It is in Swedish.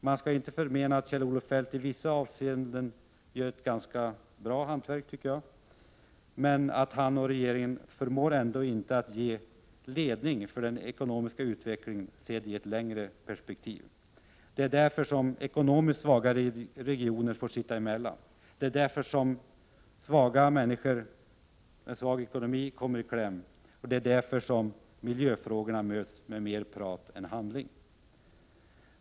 Man skall inte förneka att Kjell-Olof Feldt i vissa avseenden gör ett ganska bra hantverk, men han och regeringen förmår ändå inte ge ledning för den ekonomiska utvecklingen, sedd i ett längre perspektiv. Det är därför som ekonomiskt svagare regioner får sitta emellan, det är därför som människor med svag ekonomi kommer i kläm och det är därför som miljöfrågorna möts med mer prat än handling.